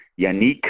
Yannick